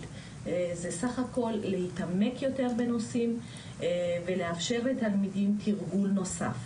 זה סך הכל להתעמק יותר בנושאים ולאפשר לתלמידים תרגול נוסף.